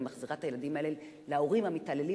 מחזירה את הילדים האלה להורים המתעללים.